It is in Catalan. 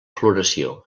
floració